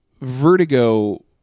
Vertigo